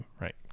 Right